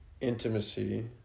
intimacy